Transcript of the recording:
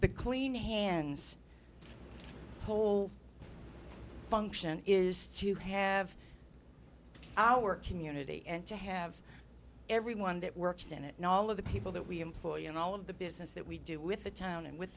the clean hands whole function is to have our community and to have everyone that works in it and all of the people that we employ and all of the business that we do with the town and with